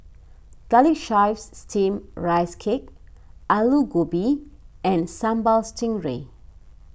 Garlic Chives Steamed Rice Cake Aloo Gobi and Sambal Stingray